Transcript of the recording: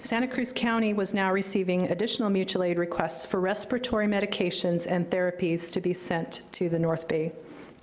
santa cruz county was now receiving additional mutual aid requests for respiratory medications and therapies to be sent to the north bay